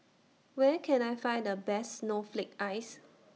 Where Can I Find The Best Snowflake Ice